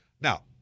Now